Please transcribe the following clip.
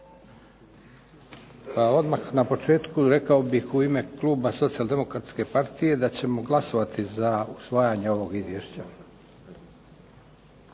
odmah na početku rekao bih u ime kluba Socijaldemokratske partije da ćemo glasovati za usvajanje ovog izvješća.